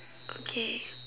okay